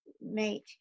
mate